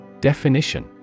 Definition